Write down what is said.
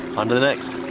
and the next.